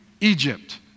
Egypt